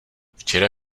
včera